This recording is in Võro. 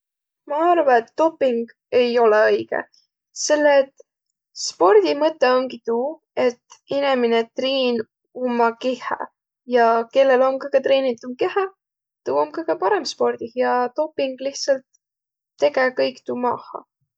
Ma arva, et doping ei ole õigõ, selle et spordi mõtõq omgi tuu, et inemine triin umma kihhä ja kellel om kõgõ treenitumb kehä, tuu om kõgõ parõmb spordih ja doping lihtsalt tege kõik tuu maaha.